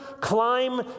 climb